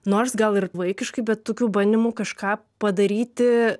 nors gal ir vaikiškai bet tokių bandymų kažką padaryti